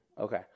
Okay